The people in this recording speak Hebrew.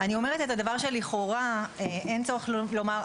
אני אומרת את הדבר שלכאורה אין צורך לומר,